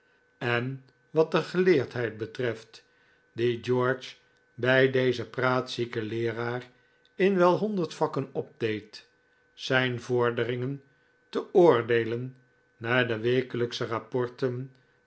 en wat de geleerdheid betreft die george bij dezen praatzieken leeraar in wel honderd vakken opdeed zijn vorderingen te oordeelen naar de wekelijksche rapporten